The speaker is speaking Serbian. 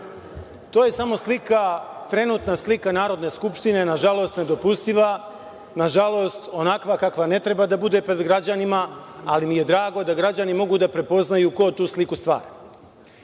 To je samo trenutna slika Narodne skupštine, nažalost nedopustiva, nažalost, onakva kakva ne treba da bude pred građanima, ali mi je drago da građani mogu da prepoznaju ko tu sliku stvara. Ja